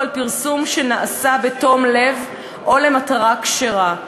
על פרסום שנעשה בתום לב או למטרה כשרה.